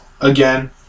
Again